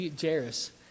Jairus